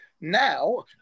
Now